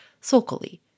sulkily